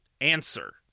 answer